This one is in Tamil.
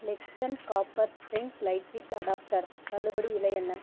Lexton copper string light with adapter தள்ளுபடி விலை என்ன